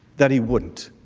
that he wouldn't?